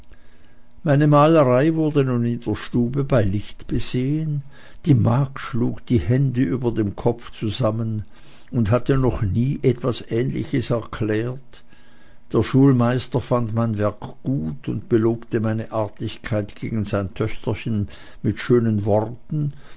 meine malerei wurde nun in der stube bei licht besehen die magd schlug die hände über dem kopf zusammen und hatte noch nie etwas ähnliches erblickt der schulmeister fand mein werk gut und belobte meine artigkeit gegen sein töchterchen mit schönen worten